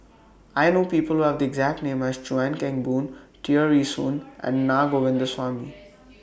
I know People Who Have The exact name as Chuan Keng Boon Tear Ee Soon and Na Govindasamy